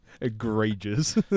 egregious